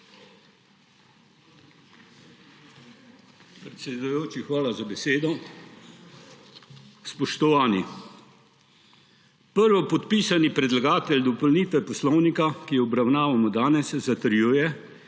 Predsedujoči, hvala za besedo. Spoštovani! Prvopodpisani predlagatelj dopolnitve Poslovnika, ki jo obravnavamo danes, zatrjuje,